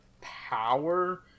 power